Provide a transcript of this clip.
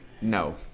No